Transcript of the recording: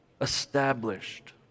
established